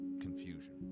confusion